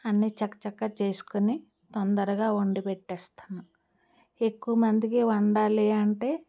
అన్ని చకచకా చేసుకొని తొందరగా వండి పెట్టేస్తాను ఎక్కువ మందికి వండాలి అంటే